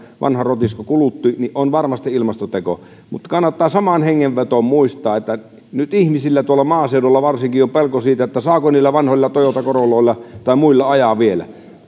vanha rotisko kulutti niin se on varmasti ilmastoteko mutta kannattaa samaan hengenvetoon muistaa että nyt ihmisillä tuolla maaseudulla varsinkin on pelko siitä saako niillä vanhoilla toyota corolloilla tai muilla ajaa vielä